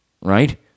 right